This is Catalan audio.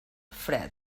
fred